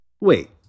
Wait